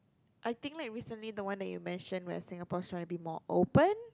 I think like recently the one that you mentioned where like Singapore is trying to be more open